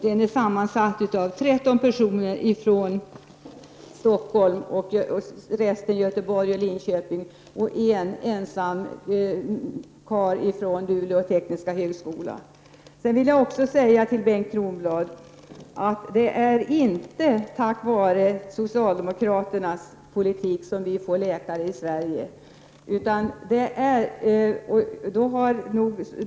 Den är nu sammansatt av 13 personer från Stockholm samt Göteborg och Linköping och en ensam man från högskolan i Luleå. Till Bengt Kronblad vill jag också säga att det inte är tack vare socialdemokraternas politik som vi får läkare i Sverige.